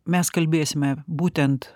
mes kalbėsime būtent